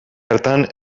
hartan